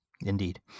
Indeed